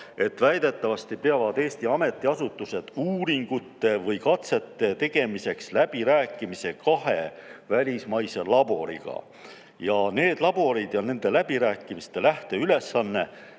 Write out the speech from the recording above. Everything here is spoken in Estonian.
et väidetavalt peavad Eesti ametiasutused uuringute või katsete tegemiseks läbirääkimisi kahe välismaise laboriga. Nende laborite ja läbirääkimiste lähteülesanne